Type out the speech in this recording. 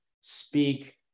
speak